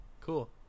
Cool